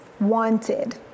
wanted